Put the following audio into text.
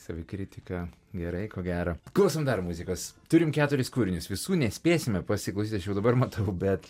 savikritika gerai ko gero klausom dar muzikos turim keturis kūrinius visų nespėsime pasiklausyt aš jau dabar matau bet